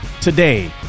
today